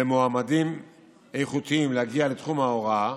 למועמדים איכותיים להגיע לתחום ההוראה,